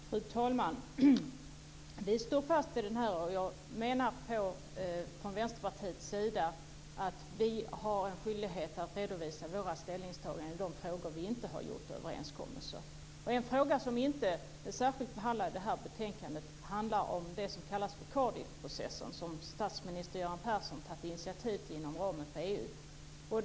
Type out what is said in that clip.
Fru talman! Vi står fast vid detta. Jag menar att vi i Vänsterpartiet har en skyldighet att redovisa våra ställningstaganden i de frågor där vi inte har gjort överenskommelser. En fråga som inte är särskilt behandlad i det här betänkandet handlar om det som kallas för Cardiffprocessen, som statsminister Göran Persson tagit initiativ till inom ramen för EU.